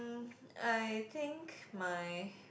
I think my